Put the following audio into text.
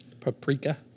paprika